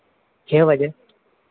छः बजे